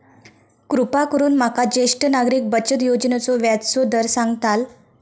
कृपा करून माका ज्येष्ठ नागरिक बचत योजनेचो व्याजचो दर सांगताल